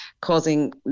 causing